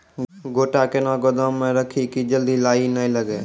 गोटा कैनो गोदाम मे रखी की जल्दी लाही नए लगा?